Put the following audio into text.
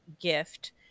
gift